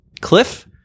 cliff